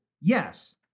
yes